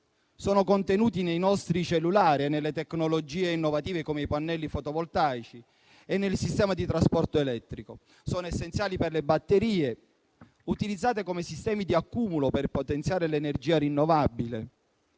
sono contenute nei nostri cellulari e nelle tecnologie innovative, come i pannelli fotovoltaici, e nel sistema di trasporto elettrico. Sono essenziali per le batterie, utilizzate come sistemi di accumulo per potenziare l'energia rinnovabile.